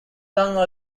tongue